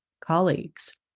colleagues